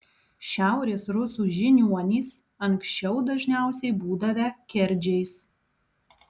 šiaurės rusų žiniuonys anksčiau dažniausiai būdavę kerdžiais